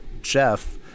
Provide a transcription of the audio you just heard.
Jeff